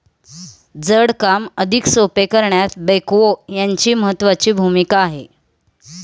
जड काम अधिक सोपे करण्यात बेक्हो यांची महत्त्वाची भूमिका आहे